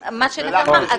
מה שנחמיה אמר,